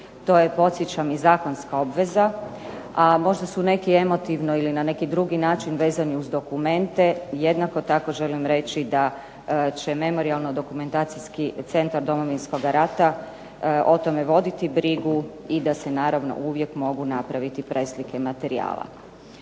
To je podsjećam i zakonska obveza, a možda su neki emotivno ili na neki drugi način vezani uz dokumente. Jednako tako želim reći da će Memorijalno-dokumentacijski centar Domovinskoga rata o tome voditi brigu i da se naravno uvijek mogu napraviti preslike materijala.